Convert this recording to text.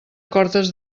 cortes